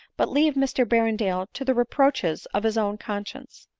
but leave mr berrendale to the reproaches of his own conscience.